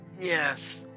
Yes